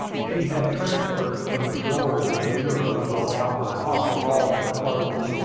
she had transferred from the drawers of the bureau brought out by hop, all her clothing.